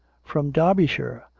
from derbyshire.